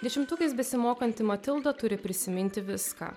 dešimtukais besimokanti matilda turi prisiminti viską